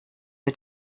are